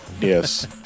yes